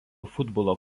futbolo